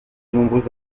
nombreux